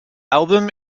album